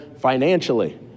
financially